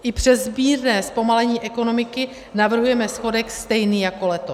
I přes mírné zpomalení ekonomiky navrhujeme schodek stejný jako letos.